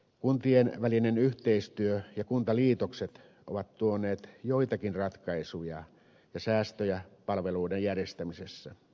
kuntien välinen yhteistyö ja kuntaliitokset ovat tuoneet joitakin ratkaisuja ja säästöjä palveluiden järjestämisessä